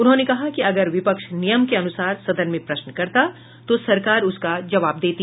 उन्होंने कहा कि अगर विपक्ष नियम के अनुसार सदन में प्रश्न करता तो सरकार उसका जवाब देती